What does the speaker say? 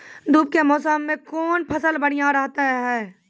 धूप के मौसम मे कौन फसल बढ़िया रहतै हैं?